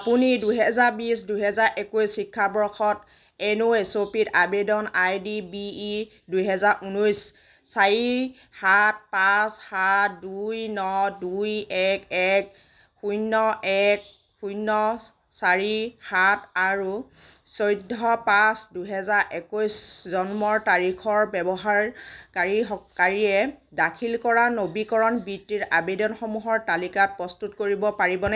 আপুনি দুহেজাৰ বিছ দুহেজাৰ একৈছ শিক্ষাবৰ্ষত এন এছ পি ত আবেদন আই ডি বি ই দুহেজাৰ ঊনৈছ চাৰি সাত পাঁচ সাত দুই ন দুই এক এক শূন্য এক শূন্য চাৰি সাত আৰু চৈধ্য পাঁচ দুহেজাৰ একৈছ জন্মৰ তাৰিখৰ ব্যৱহাৰকাৰীয়ে কাৰীয়ে দাখিল কৰা নবীকৰণ বৃত্তিৰ আবেদনসমূহৰ তালিকা প্ৰস্তুত কৰিব পাৰিবনে